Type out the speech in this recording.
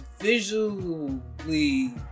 visually